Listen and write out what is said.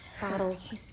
bottles